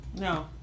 No